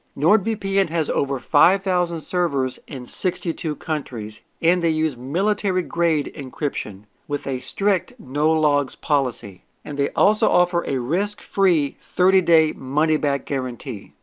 nord vpn has over five thousand servers in sixty two countries and they use military-grade encryption with a strict no logs policy and they also offer a risk-free thirty day money-back guarantee.